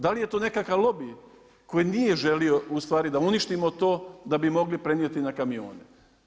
Da li je to nekakav lobij koji nije želio ustvari da uništimo to da bi mogli prenijeti na kamione.